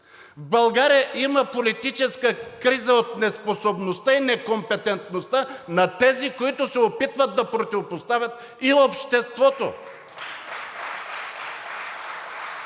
В България има политическа криза от неспособността и некомпетентността на тези, които се опитват да противопоставят и обществото